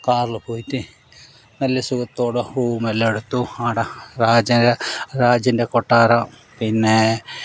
കാറിൽ പോയിട്ടു നല്ല സുഖത്തോടെ റൂമെല്ലാം എടുത്തു ആട രാജൻ്റെ രാജൻ്റെ കൊട്ടാരം പിന്നെ